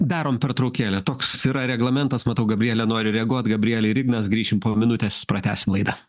darom pertraukėlę toks yra reglamentas matau gabrielė nori reaguoti gabrielė ir ignas grįšim po minutės pratęsim laidą